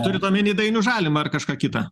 turint omeny dainių žalimą ar kažką kitą